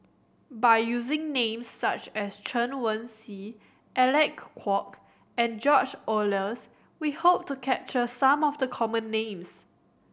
by using names such as Chen Wen Hsi Alec Kuok and George Oehlers we hope to capture some of the common names